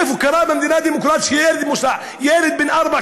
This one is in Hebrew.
איפה קרה במדינה דמוקרטית שילד בן ארבע